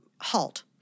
HALT